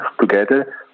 together